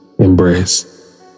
Embrace